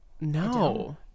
No